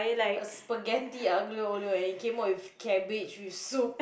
a spaghetti aglio-olio and it came out with cabbage with soup